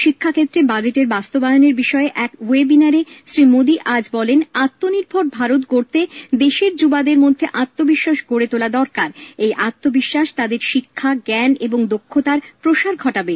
শিক্ষাক্ষেত্রে বাজেটের রাস্তবায়নের বিষয়ে এক ওয়েবিনারে শ্রী মোদী আজ বলেন আত্মনির্ভর ভারত গড়তে দেশের যুবকদের মধ্যে আত্মবিশ্বাস গড়ে তোলা দরকার এই আত্মবিশ্বাস তাদের শিক্ষা জ্ঞান এবং দক্ষতার প্রসার ঘটাবে